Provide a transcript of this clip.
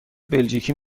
بلژیکی